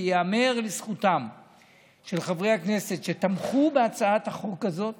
וייאמר לזכותם של חברי הכנסת שתמכו בהצעת החוק הזאת